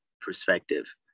perspective